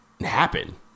happen